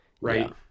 right